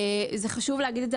זה חשוב להגיד את זה,